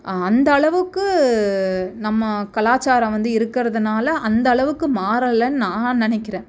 அந்தளவுக்கு நம்ம கலாச்சாரம் வந்து இருக்கிறதுனால அந்தளவுக்கு மாறலேன்னு நான் நினைக்கிறேன்